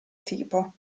tipo